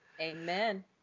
Amen